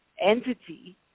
entity